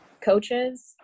coaches